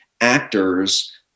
actors